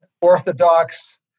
orthodox